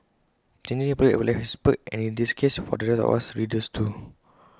changing employers has its perks and in this case for the rest of us readers too